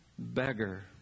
Beggar